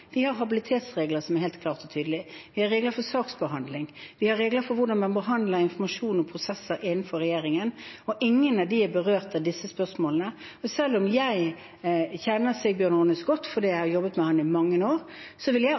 vi har habilitetsregler som er helt klare og tydelige, vi har regler for saksbehandling, vi har regler for hvordan man behandler informasjon om prosesser innenfor regjeringen, og ingen av dem er berørt av disse spørsmålene. Selv om jeg kjenner Sigbjørn Aanes godt fordi jeg har jobbet med ham i mange år, vil jeg